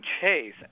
Chase